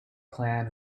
clan